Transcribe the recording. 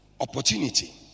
opportunity